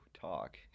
talk